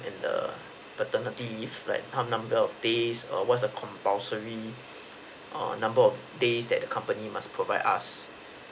and the paternity leave like how many number of days err what are compulsory err number of days that the company must provide us